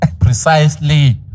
Precisely